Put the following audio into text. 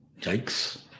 Yikes